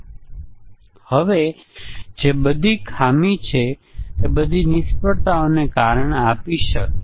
વાસ્તવમાં બે હાઈપોથેસીસ છે જે મ્યુટેશન ટેસ્ટીંગ ની સફળતા તરફ દોરી જાય છે